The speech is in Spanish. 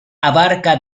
abarca